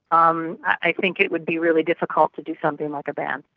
um i think it would be really difficult to do something like a ban.